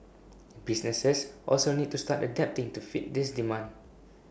businesses also need to start adapting to fit this demand